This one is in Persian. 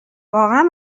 واقعا